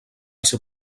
ser